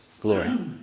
glory